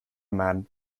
man